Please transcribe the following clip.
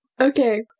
Okay